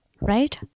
right